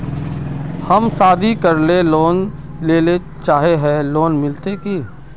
हम शादी करले लोन लेले चाहे है लोन मिलते की?